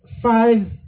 five